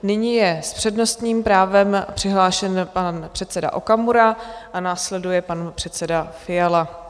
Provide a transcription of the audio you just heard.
Nyní je s přednostním právem přihlášen pan předseda Okamura a následuje pan předseda Radim Fiala.